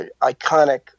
iconic